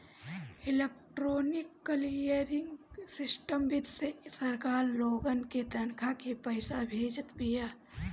electronic clearing system विधि से सरकार लोगन के तनखा के पईसा भेजत बिया